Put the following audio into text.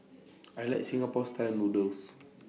I like Singapore Style Noodles